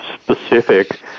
specific